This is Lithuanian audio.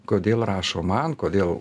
kodėl rašo man kodėl